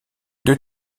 deux